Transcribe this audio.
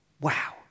Wow